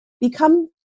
become